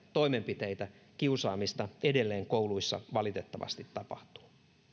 toimenpiteitä kiusaamista edelleen kouluissa valitettavasti tapahtuu